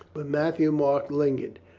but matthieu-marc lingered.